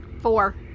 Four